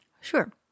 Sure